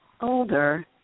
Older